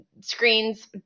screens